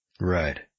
Right